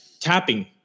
tapping